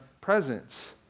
presence